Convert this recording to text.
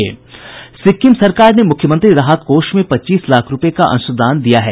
सिक्किम सरकार ने मूख्यमंत्री राहत कोष में पच्चीस लाख रूपये का अंशदान दिया है